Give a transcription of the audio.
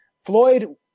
Floyd